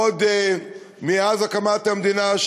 עוד מאז הקמת המדינה,